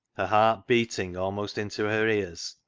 her heart beating almost into her ears,